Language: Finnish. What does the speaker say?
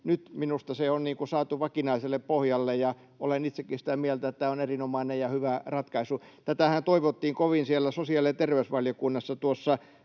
on minusta saatu vakinaiselle pohjalle, ja olen itsekin sitä mieltä, että tämä on erinomainen ja hyvä ratkaisu. Tätähän toivottiin kovin siellä sosiaali- ja terveysvaliokunnassa. Tuossa